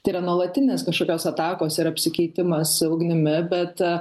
tai yra nuolatinės kažkokios atakos ir apsikeitimas ugnimi bet